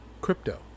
crypto